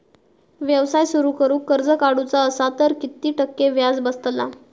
व्यवसाय सुरु करूक कर्ज काढूचा असा तर किती टक्के व्याज बसतला?